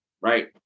right